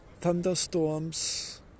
thunderstorms